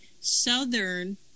Southern